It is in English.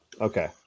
okay